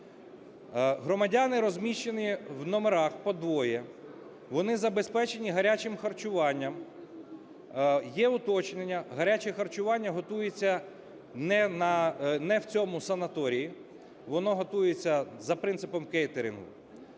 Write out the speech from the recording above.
Громадяни розміщені в номерах по двоє. Вони забезпечені гарячим харчуванням. Є уточнення, гаряче харчування готується не в цьому санаторії, воно готується за принципом кейтерінгу.